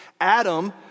Adam